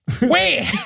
wait